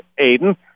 Aiden